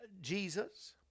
Jesus